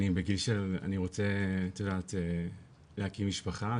אני בגיל שאני רוצה להקים משפחה,